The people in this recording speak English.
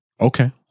Okay